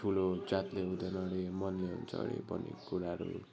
ठुलो जातले हुँदैन अरे मनले हुन्छ अरे भन्ने कुराहरू